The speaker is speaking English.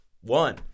One